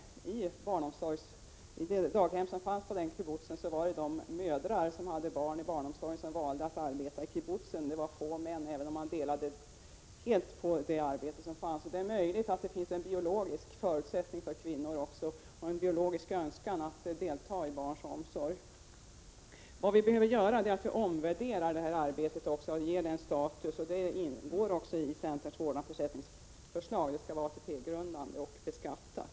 I det daghem som fanns på kibbutzen valde de mödrar att arbeta som hade barn i barnomsorgen där. Få män gjorde så, även om man helt delade på det arbete som fanns. Det är möjligt att det finns en biologisk förutsättning för kvinnor och också en biologisk önskan att delta i barns omsorg. Vad vi behöver göra är att omvärdera detta arbete och ge det en status. Det ingår i centerns vårdnadsersättningsförslag. Vårdnadsersättningen skall vara ATP-grundande och beskattad.